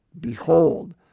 Behold